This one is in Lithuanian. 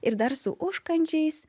ir dar su užkandžiais